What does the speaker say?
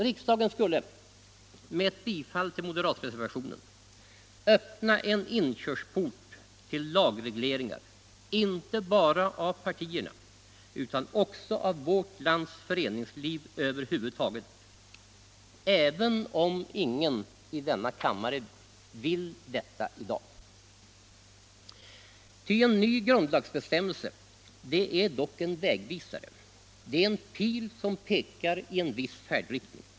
Riksdagen skulle med ett bifall till moderatreservationen öppna en inkörsport till lagregleringar inte bara av partierna utan också av vårt lands föreningsliv över huvud taget, även om ingen i denna kammare vill detta i dag. En ny grundlagsbestämmelse är ju ändå en vägvisare, en pil som pekar i en viss färdriktning.